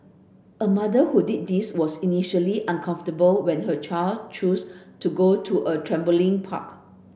a mother who did this was initially uncomfortable when her child choose to go to a trampoline park